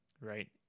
right